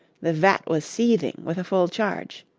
the vat was seething with a full charge.